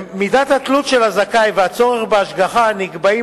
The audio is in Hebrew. מידת התלות של הזכאי והצורך בהשגחה נקבעים